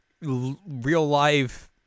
real-life